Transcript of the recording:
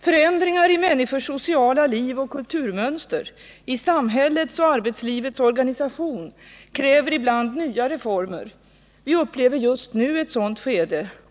Förändringar i människors sociala liv och kulturmönster och i samhällets och arbetslivets organisation kräver ibland nya reformer — vi upplever just nu ett sådant skede.